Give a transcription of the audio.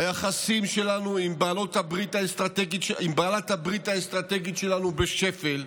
היחסים שלנו עם בעלת הברית האסטרטגית שלנו בשפל,